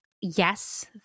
yes